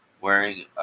wearing